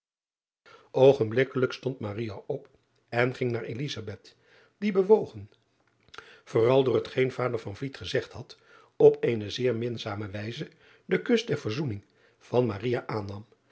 ogenblikkelijk stond op en ging naar die bewogen vooral door hetgeen vader gezegd had op eene zeer minzame wijze den kus der verzoening van aannam